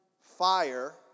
fire